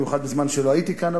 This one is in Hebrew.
במיוחד בזמן שלא הייתי כאן,